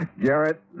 Garrett